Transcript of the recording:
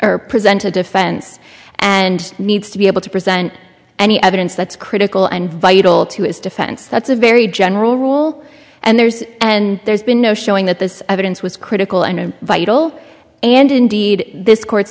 or present a defense and needs to be able to present any evidence that's critical and vital to its defense that's a very general rule and there's and there's been no showing that this evidence was critical and vital and indeed this court